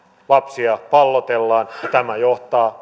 lapsia pallotellaan ja tämä johtaa